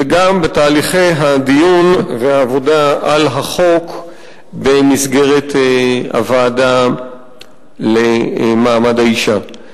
וגם בתהליכי הדיון והעבודה על החוק במסגרת הוועדה לקידום מעמד האשה.